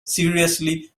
seriously